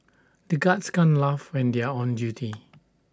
the guards can't laugh when they are on duty